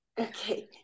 Okay